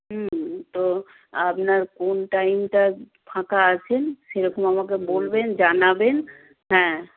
তো আপনার কোন টাইমটা ফাঁকা আছে সেরকম আমাকে বলবেন জানাবেন হ্যাঁ